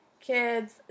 kids